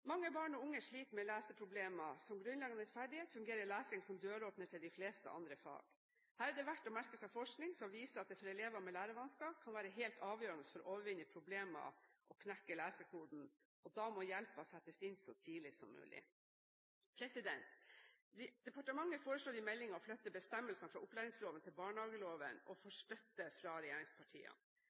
Mange barn og unge sliter med leseproblemer. Som grunnleggende ferdighet fungerer lesing som døråpner til de fleste andre fag. Her er det verdt å merke seg forskning som viser at det for elever med lesevansker kan være helt avgjørende for å overvinne problemene og knekke lesekoden, at hjelpen settes inn så tidlig som mulig. Departementet forslår i meldingen å flytte bestemmelsene fra opplæringsloven til barnehageloven og får støtte av regjeringspartiene.